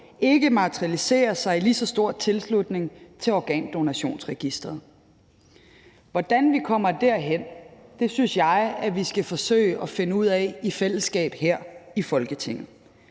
ikke materialiserer sig i lige så stor tilslutning til Organdonorregisteret. Hvordan vi kommer derhen, synes jeg at vi skal forsøge at finde ud af i fællesskab her i Folketinget.